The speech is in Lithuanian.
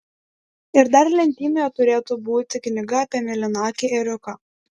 ir dar lentynoje turėtų būti knyga apie mėlynakį ėriuką